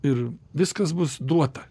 ir viskas bus duota